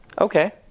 Okay